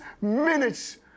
minutes